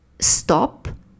STOP